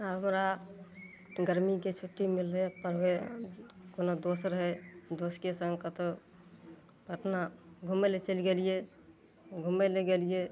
हमरा गर्मीके छुट्टी मिललय तब्बे कोनो दोसर दोस्तके सङ्ग कतहु पटना घूमय लए चलि गेलियै घूमय लए गेलियै